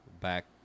back